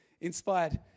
inspired